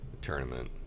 tournament